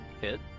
Hit